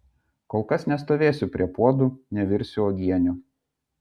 kol kas nestovėsiu prie puodų nevirsiu uogienių